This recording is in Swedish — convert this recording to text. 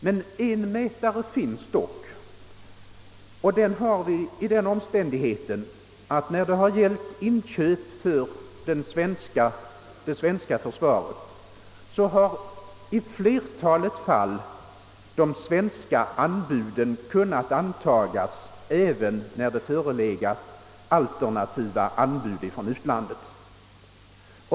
Men en viss mätare finns dock i den omständigheten att när det gäller inköp för det svenska försvaret har i flertalet fall de svenska anbuden kunnat antagas även då det förelegat alternativa anbud från utlandet.